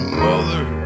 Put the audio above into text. mother